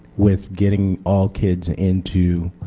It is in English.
with getting all kids into